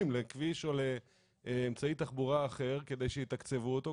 לכביש או לאמצעי תחבורה אחר כדי שיתקצבו אותו,